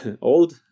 old